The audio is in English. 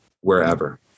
wherever